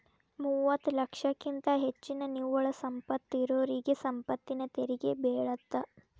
ಮೂವತ್ತ ಲಕ್ಷಕ್ಕಿಂತ ಹೆಚ್ಚಿನ ನಿವ್ವಳ ಸಂಪತ್ತ ಇರೋರಿಗಿ ಸಂಪತ್ತಿನ ತೆರಿಗಿ ಬೇಳತ್ತ